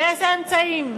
באיזה אמצעים?